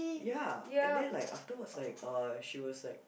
ya and then like afterwards like uh she was like